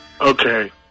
Okay